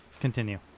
Continue